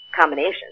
combination